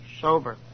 sober